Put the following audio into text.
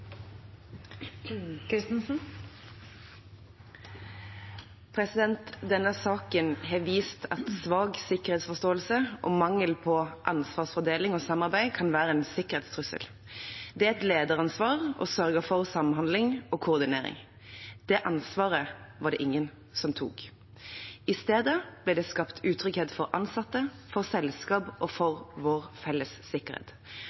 Denne saken har vist at svak sikkerhetsforståelse og mangel på ansvarsfordeling og samarbeid kan være en sikkerhetstrussel. Det er et lederansvar å sørge for samhandling og koordinering. Det ansvaret var det ingen som tok. I stedet ble det skapt utrygghet for ansatte, for selskap og for vår felles sikkerhet.